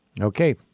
Okay